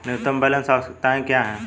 न्यूनतम बैलेंस आवश्यकताएं क्या हैं?